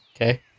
Okay